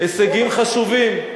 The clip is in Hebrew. הישגים חשובים.